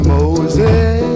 Moses